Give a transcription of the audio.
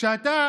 כשאתה